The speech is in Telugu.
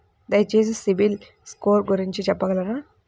దయచేసి సిబిల్ స్కోర్ గురించి చెప్పగలరా?